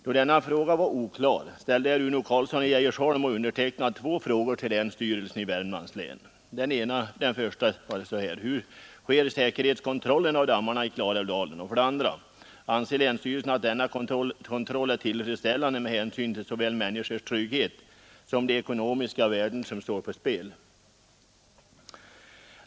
Då denna fråga var oklar ställde herr Uno Carlsson i Geijersholm och jag två frågor till länsstyrelsen i Värmlands län: 2. Anser länsstyrelsen att denna kontroll är tillfredsställande med hänsyn till såväl människors trygghet som de ekonomiska värden som står på spel?